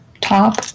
top